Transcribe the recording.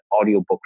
audiobook